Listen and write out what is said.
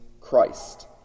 Christ